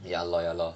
ya lor ya lor